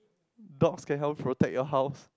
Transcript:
dogs can help protect your house